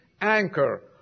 anchor